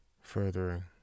furthering